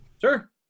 Sure